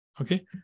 Okay